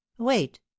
Wait